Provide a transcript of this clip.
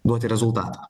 duoti rezultatą